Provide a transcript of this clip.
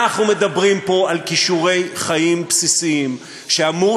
אנחנו מדברים פה על כישורי חיים בסיסיים שאמור